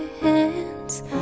hands